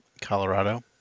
Colorado